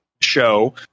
show